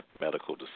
medical